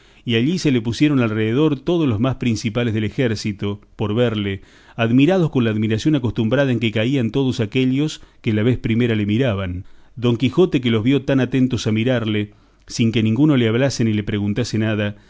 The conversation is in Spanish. y allí se le pusieron alrededor todos los más principales del ejército por verle admirados con la admiración acostumbrada en que caían todos aquellos que la vez primera le miraban don quijote que los vio tan atentos a mirarle sin que ninguno le hablase ni le preguntase nada